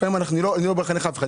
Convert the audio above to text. אני לא בא לחנך אף אחד,